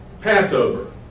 Passover